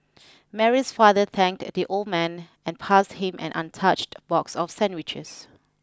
Mary's father thanked the old man and passed him an untouched box of sandwiches